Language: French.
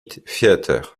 theatre